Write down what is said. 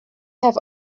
have